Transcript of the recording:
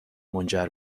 منجر